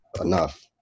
enough